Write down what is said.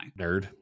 nerd